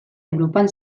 europan